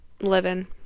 living